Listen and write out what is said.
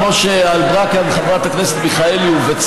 מיקי לוי.